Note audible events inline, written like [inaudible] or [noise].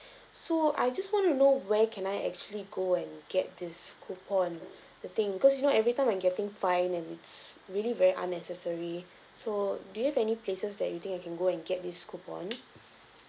[breath] so I just want to know where can I actually go and get this coupon the thing because you know every time I'm getting fine and it's really very unnecessary so do you have any places that you think I can go and get this coupon